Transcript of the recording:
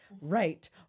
Right